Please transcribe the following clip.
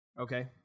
Okay